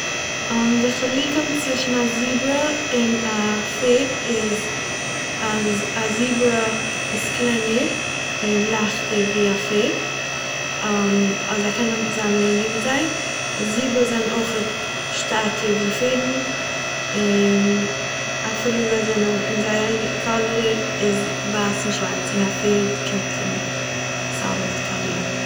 די חילוקים צווישן א זיברא און א פערד איז, אז, א זיברא איז קלענער און לייכטער ווי א פערד זיי קענען זיין לענגער ווי זיי, זיברא זענען אויכעט שטאטער ווי פרערדן און אפילו זיי זענען אין זייער קאלער זענען ווייס און שווארץ און א פערד קומט אין סאליד קאלירן.